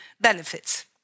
benefits